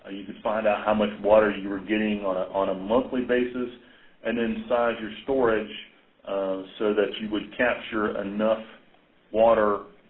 you could find out how much water you were getting on ah on a monthly basis and inside your storage so that you would capture enough water